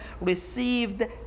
received